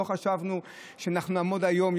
לא חשבנו שאנחנו נעמוד היום,